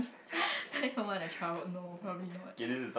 what a trouble no probably not